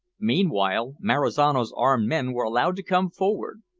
meanwhile marizano's armed men were allowed to come forward.